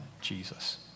Jesus